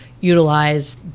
utilize